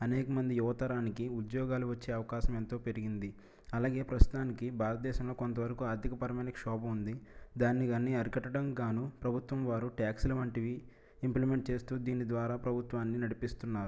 అనేక మంది యువతరానికి ఉద్యోగాలు వచ్చే అవకాశం ఎంతో పెరిగింది అలాగే ప్రస్తుతానికి భారతదేశంలో కొంతవరకు ఆర్థికపరమైన క్షోభ ఉంది దాన్ని కాని అరికట్టడం గాను ప్రభుత్వం వారు ట్యాక్సులు వంటివి ఇంప్లిమెంట్ చేస్తూ దీన్ని ద్వారా ప్రభుత్వాన్ని నడిపిస్తున్నారు